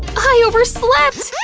i overslept!